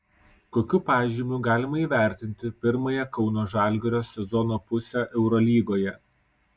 kokiu pažymiu galima įvertinti pirmąją kauno žalgirio sezono pusę eurolygoje